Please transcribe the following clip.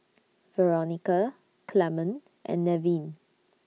Veronica Clemon and Nevin